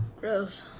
gross